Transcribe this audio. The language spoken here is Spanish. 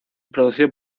producido